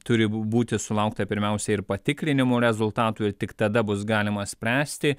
turi bu būti sulaukta pirmiausia ir patikrinimo rezultatų ir tik tada bus galima spręsti